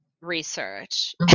research